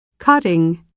cutting 、